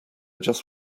just